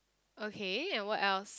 okay and what else